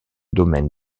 domaine